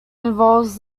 involves